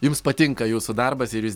jums patinka jūsų darbas ir jis